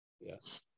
yes